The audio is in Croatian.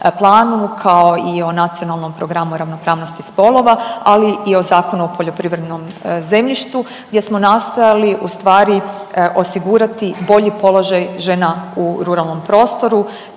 kao i o Nacionalnom programu ravnopravnosti spolova, ali i o Zakonu o poljoprivrednom zemljištu gdje smo nastojali ustvari osigurati bolji položaj žena u ruralnom prostoru